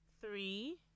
three